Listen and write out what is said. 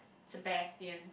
Sebastian